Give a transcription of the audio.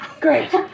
Great